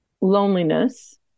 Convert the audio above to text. loneliness